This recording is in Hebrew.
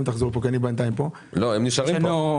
הם נשארים כאן.